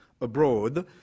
abroad